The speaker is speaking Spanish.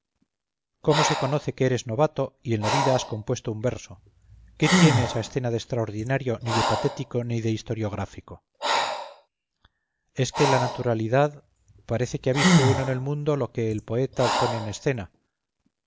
cómo se conoce que eres novato y en la vida has compuesto un verso qué tiene esa escena de extraordinario ni de patético ni de historiográfico es que la naturalidad parece que ha visto uno en el mundo lo que el poeta pone en escena